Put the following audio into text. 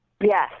Yes